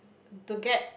to get